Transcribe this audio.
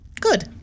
Good